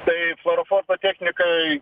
tai fluoroforto technikai